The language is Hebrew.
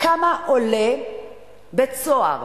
כמה עולה בית-סוהר?